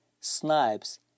snipes